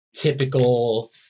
typical